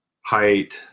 Height